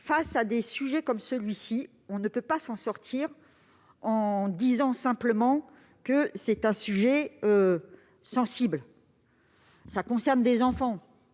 Face à de tels sujets, on ne peut pas s'en sortir en disant simplement que c'est un sujet sensible. Cela concerne des enfants.